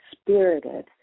spirited